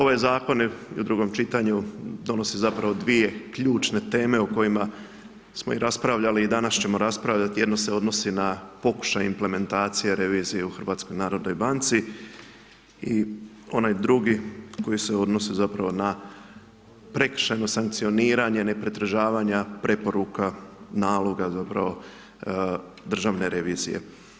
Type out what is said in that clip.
Ovaj zakon je u drugom čitanju, donosi zapravo dvije ključne teme o kojima smo i raspravljali i danas ćemo raspravljati, jedna se odnosi na pokušaj implementacije revizije u HNB-u i onaj drugi koji se odnosi zapravo na prekršajno sankcioniranje nepridržavanja preporuka, naloga zapravo Državne revizije.